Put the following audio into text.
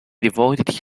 devoted